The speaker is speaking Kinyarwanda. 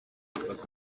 perezida